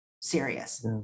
serious